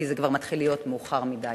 כי זה כבר מתחיל להיות מאוחר מדי.